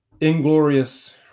inglorious